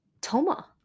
Toma